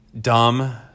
dumb